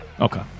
Okay